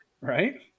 Right